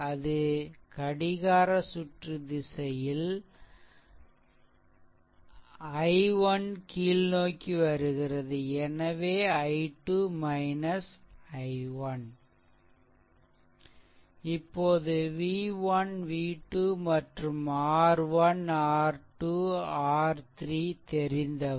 அது கடிகார சுற்று திசையில் i1 கீழ்நோக்கி வருகிறது எனவே i2 i1 இப்போது v 1 v 2 மற்றும் R 1 R 2 R3 தெரிந்தவை